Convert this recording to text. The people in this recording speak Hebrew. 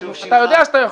אתה יודע שאתה יכול.